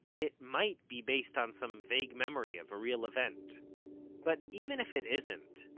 it might be based on some vague memory of a real event but even if it isn't,